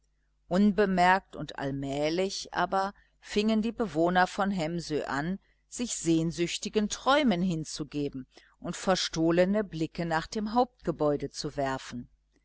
unbemerkt und allmählich aber fingen die bewohner von hemsö an sich sehnsüchtigen träumen hinzugeben und verstohlene blicke nach dem hauptgebäude zu werfen